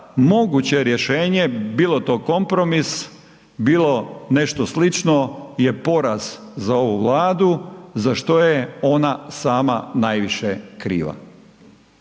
moguće rješenje bilo to kompromis, bilo nešto slično je poraz za ovu Vladu, za što je ona sama najviše kriva.